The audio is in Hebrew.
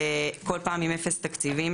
כל פעם עם אפס תקציבים.